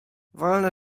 wolne